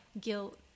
guilt